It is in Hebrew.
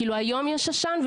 כאילו היום יש עשן,